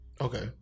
Okay